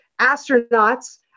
astronauts